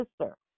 sister